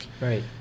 Right